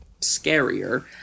scarier